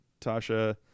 Tasha